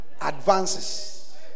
advances